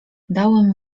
dałem